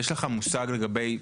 יש לך מושג לגבי זה?